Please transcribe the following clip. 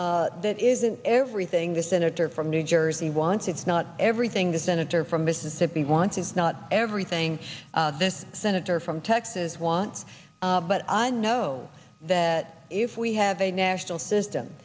bill that isn't everything the senator from new jersey wants it's not everything the senator from mississippi wants is not everything this senator from texas wants but i know that if we have a national system